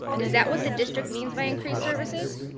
is that what the district means by increased services?